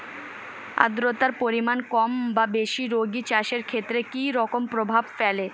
আদ্রতার পরিমাণ কম বা বেশি রাগী চাষের ক্ষেত্রে কি রকম প্রভাব ফেলে?